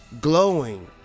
glowing